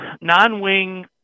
Non-wing